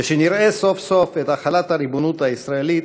ונראה סוף-סוף את החלת הריבונות הישראלית